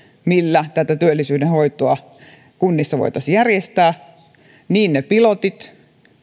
millä tätä työllisyydenhoitoa kunnissa voitaisiin järjestää niin ne pilotit